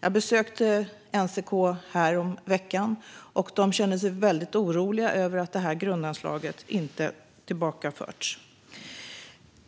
Jag besökte NCK häromveckan, och de känner sig väldigt oroliga över att detta grundanslag inte har tillbakaförts.